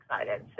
excited